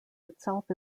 itself